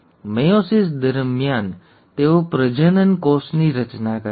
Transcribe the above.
meiosis દરમિયાન તેઓ પ્રજનનકોષની રચના કરે છે